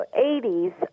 80s